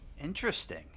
Interesting